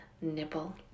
nipple